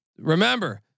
remember